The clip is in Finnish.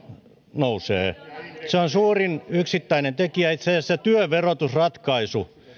nousee se on suurin yksittäinen tekijä itse asiassa työverotusratkaisu